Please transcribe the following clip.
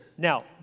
Now